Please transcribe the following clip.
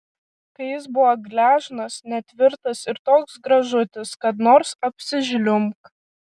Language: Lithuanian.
kai jis buvo gležnas netvirtas ir toks gražutis kad nors apsižliumbk